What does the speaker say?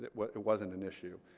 it but it wasn't an issue.